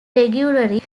regularly